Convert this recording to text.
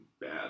bad